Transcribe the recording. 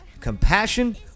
compassion